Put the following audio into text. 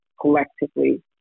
collectively